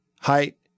height